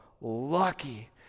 lucky